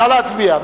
נא להצביע.